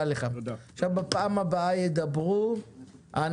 אני רוצה להתייחס לדברים שאמרה חברת